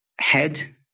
head